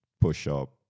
push-up